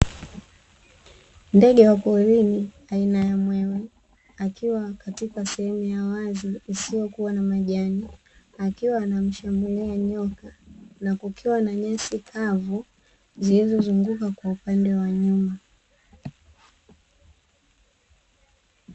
Ndege wa porini aina ya mwewe akiwa katika sehemu ya wazi isiyokua na majani, akiwa anamshambulia nyoka na kukiwa na nyasi kavu zilizozunguka kwa upande wa nyuma.